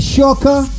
Shocker